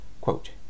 Quote